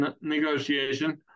negotiation